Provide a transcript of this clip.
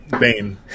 bane